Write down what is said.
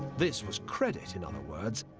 this was credit, in other words,